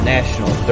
National